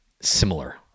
similar